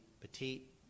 petite